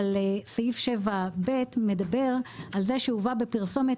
אבל סעיף 7(ב) מדבר על זה שהובאה בפרסומת